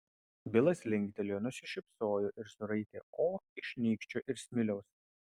bilas linktelėjo nusišypsojo ir suraitė o iš nykščio ir smiliaus